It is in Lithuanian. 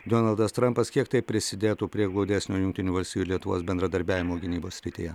donaldas trampas kiek tai prisidėtų prie glaudesnio jungtinių valstijų ir lietuvos bendradarbiavimo gynybos srityje